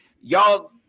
y'all